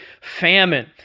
famine